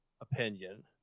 opinion